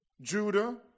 Judah